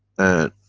and.